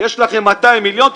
יש לכם 200 מיליון שקלים,